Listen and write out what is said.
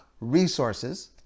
resources